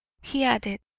he added,